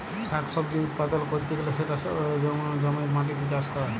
শাক সবজি উৎপাদল ক্যরতে গ্যালে সেটা জমির মাটিতে চাষ ক্যরে